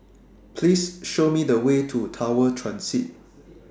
Please Show Me The Way to Tower Transit